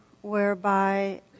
whereby